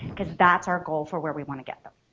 because that's our goal for where we want to get them.